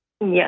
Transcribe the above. Yes